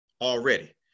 already